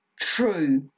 True